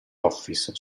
office